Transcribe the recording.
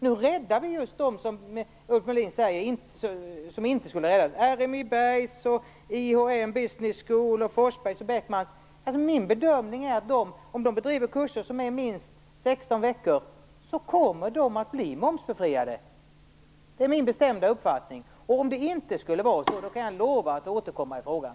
Nu räddar vi just dem som Ulf Melin säger att vi inte skulle rädda; RMI-Berghs, Min bedömning är att de, om de bedriver kurser som är minst 16 veckor långa, kommer att bli momsbefriade. Det är min bestämda uppfattning. Om det inte skulle vara så, kan jag lova att återkomma i frågan.